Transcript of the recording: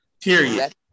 Period